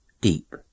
deep